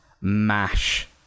mash